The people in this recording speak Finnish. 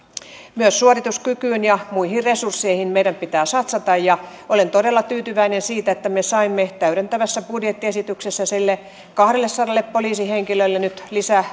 myös suorituskykyyn ja muihin resursseihin meidän pitää satsata ja olen todella tyytyväinen siihen että me saimme täydentävässä budjettiesityksessä niille kahdellesadalle poliisihenkilölle nyt